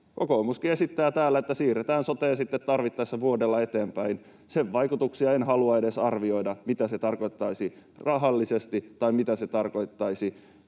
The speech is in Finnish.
Kokoomuskin esittää täällä, että siirretään sotea sitten tarvittaessa vuodella eteenpäin. Sen vaikutuksia en halua edes arvioida, mitä se tarkoittaisi rahallisesti tai mitä se tarkoittaisi